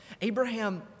Abraham